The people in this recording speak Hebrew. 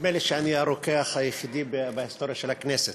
נדמה לי שאני הרוקח היחידי בהיסטוריה של הכנסת.